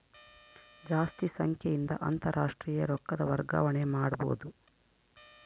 ಜಾಸ್ತಿ ಸಂಖ್ಯೆಯಿಂದ ಅಂತಾರಾಷ್ಟ್ರೀಯ ರೊಕ್ಕದ ವರ್ಗಾವಣೆ ಮಾಡಬೊದು